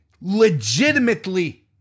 legitimately